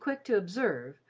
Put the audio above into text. quick to observe,